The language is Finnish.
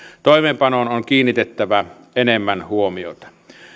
toimeenpanoon on kiinnitettävä enemmän huomiota